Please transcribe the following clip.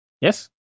Yes